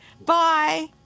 Bye